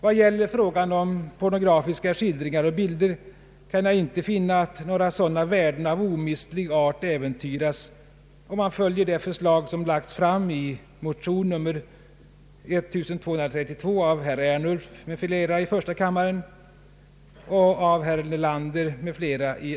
Vad beträffar frågan om pornografiska skildringar och bilder kan jag inte finna, att några sådana värden av omistlig art äventyras, om man följer det förslag som lagts fram i motionerna I: 1232 av herr Ernulf m.fl. och II: 1446 av herr Nelander m.fl.